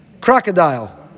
crocodile